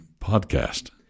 podcast